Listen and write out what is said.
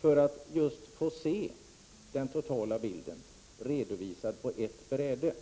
för att just få se den totala bilden redovisad på ett bräde.